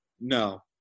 No